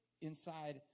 inside